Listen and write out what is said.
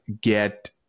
get